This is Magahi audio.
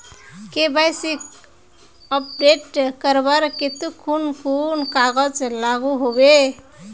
के.वाई.सी अपडेट करवार केते कुन कुन कागज लागोहो होबे?